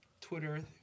Twitter